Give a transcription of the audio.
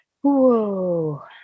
whoa